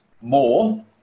more